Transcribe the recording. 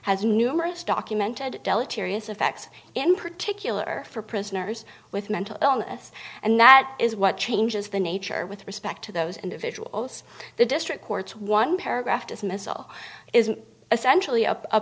has numerous documented deleterious effects in particular for prisoners with mental illness and that is what changes the nature with respect to those individuals the district court's one paragraph dismissal is an essentially